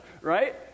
Right